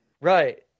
Right